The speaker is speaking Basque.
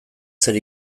zer